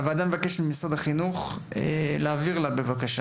הוועדה מבקשת ממשרד החינוך להעביר לה בבקשה